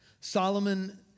Solomon